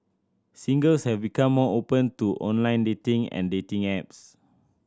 singles have become more open to online dating and dating apps